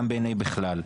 גם בעיניים בכלל.